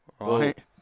right